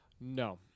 No